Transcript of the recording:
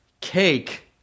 cake